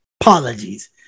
apologies